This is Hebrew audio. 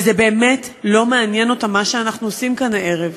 וזה באמת לא מעניין אותן מה שאנחנו עושים כאן הערב,